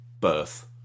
birth